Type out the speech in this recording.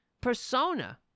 persona